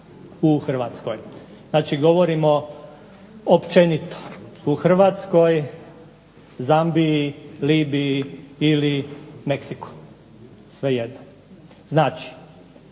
u Hrvatskoj. Znači, govorim općenito u Hrvatskoj, Zambiji, Libiji ili Meksiku svejedno. Znači,